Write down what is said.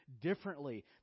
differently